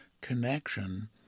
connection